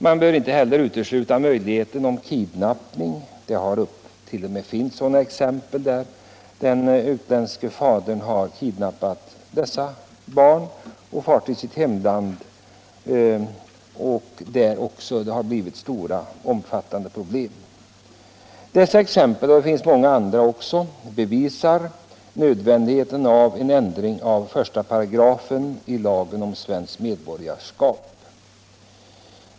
Man bör inte heller utesluta möjligheten av kidnapping; det finns t.o.m. exempel på att den utländske fadern har kidnappat barnen och rest till sitt hemland, då det också blivit stora problem, Dessa exempel — och det finns många andra — bevisar nödvändigheten av en ändring av 1§ lagen om svenskt medborgarskap.